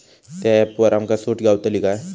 त्या ऍपवर आमका सूट गावतली काय?